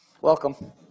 Welcome